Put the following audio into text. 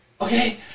okay